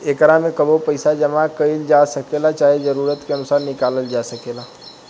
एकरा में कबो पइसा जामा कईल जा सकेला, चाहे जरूरत के अनुसार निकलाल जा सकेला